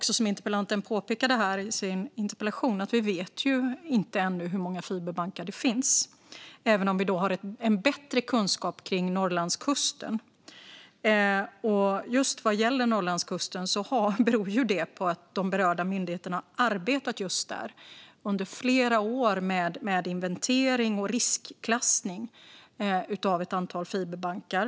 Som interpellanten påpekade i sin interpellation vet vi ännu inte hur många fiberbankar det finns, även om vi har en bättre kunskap om Norrlandskusten. Vad gäller Norrlandskusten beror det på att de berörda myndigheterna har arbetat just där under flera år med inventering och riskklassning av ett antal fiberbankar.